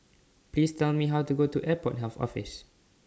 Please Tell Me How to get to Airport Health Office